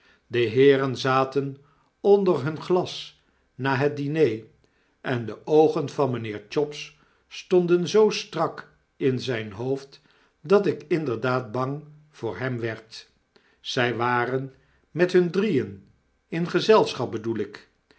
de heeren zaten onder hun glas na het diner en de oogen van mynheer chops stonden zoo strak in zyn hoofd dat ik inderdaad bang voor hem werd zy waren met hun drieen in gezelschap bedoel ik